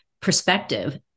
perspective